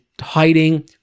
hiding